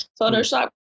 Photoshop